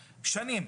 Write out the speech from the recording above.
שנים,